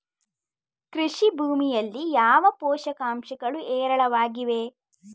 ಕೃಷಿ ಭೂಮಿಯಲ್ಲಿ ಯಾವ ಪೋಷಕಾಂಶಗಳು ಹೇರಳವಾಗಿವೆ?